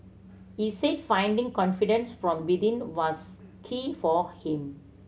he said finding confidence from within was key for him